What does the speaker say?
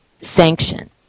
sanction